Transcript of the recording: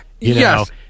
Yes